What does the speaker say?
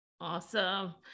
Awesome